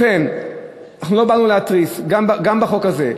לכן, אנחנו לא באנו להתריס, גם בחוק הזה.